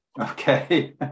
Okay